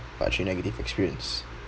part three negative experience